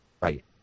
Right